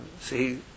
see